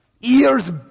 Ears